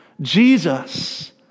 Jesus